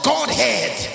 Godhead